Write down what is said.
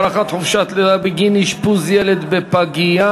הארכת חופשת הלידה בגין אשפוז ילד בפגייה),